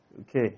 Okay